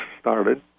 started